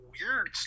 weird